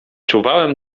czuwałem